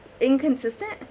inconsistent